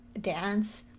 dance